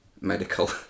medical